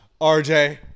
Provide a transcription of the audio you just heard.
RJ